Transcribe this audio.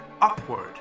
upward